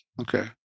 Okay